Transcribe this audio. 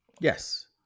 Yes